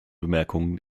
bemerkungen